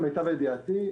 למיטב ידיעתי,